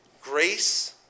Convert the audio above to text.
Grace